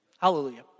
Hallelujah